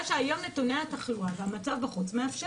שהיום נתוני התחלואה והמצב בחוץ מאפשרים.